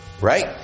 Right